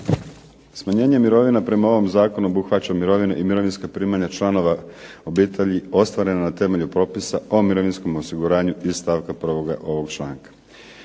Smanjenje mirovina prema ovom zakonu obuhvaća mirovine i mirovinska primanja članova obitelji ostvarena na temelju propisa o mirovinskom osiguranja iz stavka 1. ovog članka.